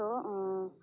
ᱛᱳ ᱚ